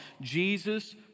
Jesus